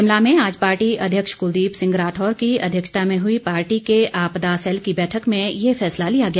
शिमला में आज पार्टी अध्यक्ष कुलदीप सिंह राठौर की अध्यक्षता में हुई पार्टी के आपदा सैल की बैठक में ये फैसला लिया गया